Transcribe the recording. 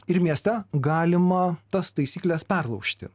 ir mieste galima tas taisykles perlaužti